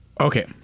Okay